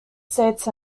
states